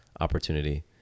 opportunity